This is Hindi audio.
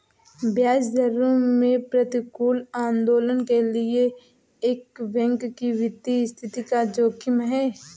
ब्याज दरों में प्रतिकूल आंदोलनों के लिए एक बैंक की वित्तीय स्थिति का जोखिम है